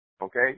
okay